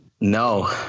No